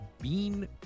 bean